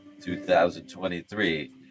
2023